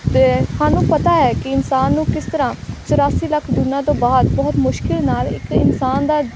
ਅਤੇ ਸਾਨੂੰ ਪਤਾ ਹੈ ਕਿ ਇਨਸਾਨ ਨੂੰ ਕਿਸ ਤਰ੍ਹਾਂ ਚੁਰਾਸੀ ਲੱਖ ਜੂਨਾਂ ਤੋਂ ਬਾਅਦ ਬਹੁਤ ਮੁਸ਼ਕਿਲ ਨਾਲ ਇੱਕ ਇਨਸਾਨ ਦਾ